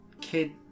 kid